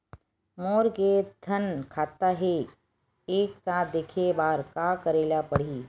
मोर के थन खाता हे एक साथ देखे बार का करेला पढ़ही?